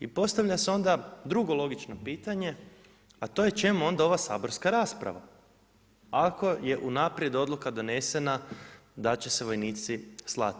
I postavlja se onda drugo logično pitanje, a to je čemu onda ova saborska rasprava ako je unaprijed odluka donesena da će se vojnici slati?